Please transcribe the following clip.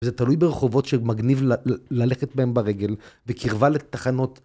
וזה תלוי ברחובות שמגניב ללכת בהם ברגל וקרבה לתחנות.